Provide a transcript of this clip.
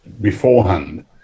beforehand